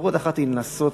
אפשרות אחת היא לנסות